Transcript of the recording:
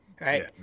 Right